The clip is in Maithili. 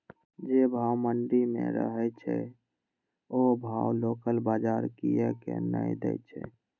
जे भाव मंडी में रहे छै ओ भाव लोकल बजार कीयेक ने दै छै?